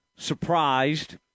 surprised